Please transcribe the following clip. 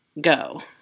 go